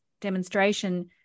demonstration